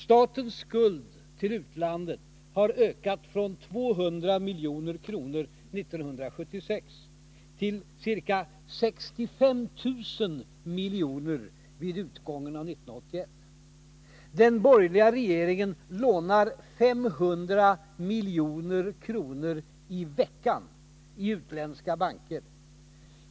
Statens skuld till utlandet har ökat från 200 milj.kr. 1976 till ca 65 000 milj.kr. vid utgången av 1981. Den borgerliga regeringen lånar 500 milj.kr. i veckan i utländska banker.